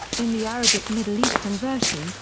in the arabic middle eastern version,